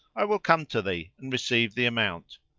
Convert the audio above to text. i will come to thee and receive the amount.